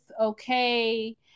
Okay